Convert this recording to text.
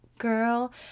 girl